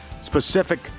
specific